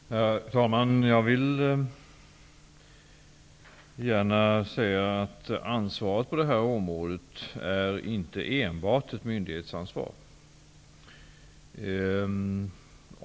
Herr talman! Jag vill gärna säga att ansvaret på det här området inte enbart är ett myndighetsansvar.